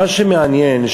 מה שמעניין,